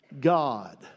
God